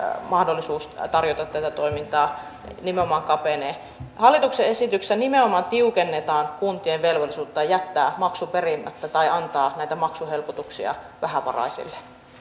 mahdollisuus tarjota tätä toimintaa nimenomaan kapenee hallituksen esityksessä nimenomaan tiukennetaan kuntien velvollisuutta jättää maksu perimättä tai antaa näitä maksuhelpotuksia vähävaraisille